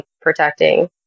protecting